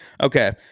okay